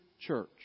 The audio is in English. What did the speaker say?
church